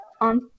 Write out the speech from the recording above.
on